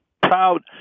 proud